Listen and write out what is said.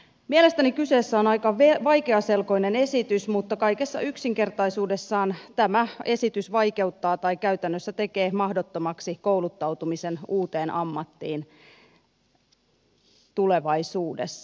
mielestäni kyseessä on aika vaikeaselkoinen esitys mutta kaikessa yksinkertaisuudessaan tämä esitys vaikeuttaa tai käytännössä tekee mahdottomaksi kouluttautumisen uuteen ammattiin tulevaisuudessa